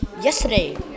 yesterday